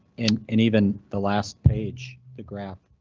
and and even the last page the graph.